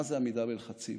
מה זה עמידה בלחצים?